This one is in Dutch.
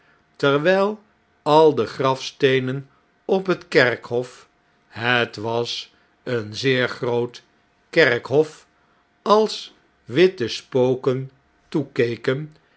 terwyl al de grafsteenen op net kerkhof het was een zeer groot kerkhof als witte spoken toekeken